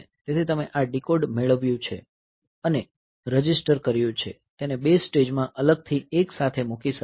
તેથી તમે આ ડીકોડ મેળવ્યું છે અને રજીસ્ટર કર્યું છે તેને બે સ્ટેજમાં અલગથી એકસાથે મૂકી શકાય છે